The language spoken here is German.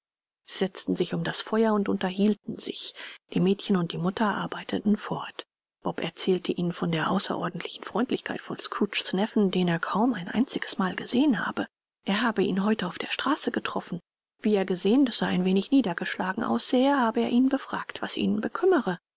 sie setzten sich um das feuer und unterhielten sich die mädchen und die mutter arbeiteten fort bob erzählte ihnen von der außerordentlichen freundlichkeit von scrooges neffen den er kaum ein einziges mal gesehen habe er habe ihn heute auf der straße getroffen und wie er gesehen daß er ein wenig niedergeschlagen aussähe habe er ihn befragt was ihn bekümmere